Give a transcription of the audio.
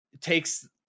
takes